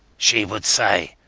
she would say,